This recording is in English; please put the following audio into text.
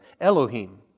Elohim